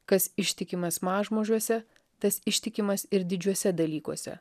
kas ištikimas mažmožiuose tas ištikimas ir didžiuose dalykuose